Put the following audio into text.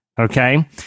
Okay